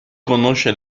conosce